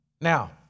Now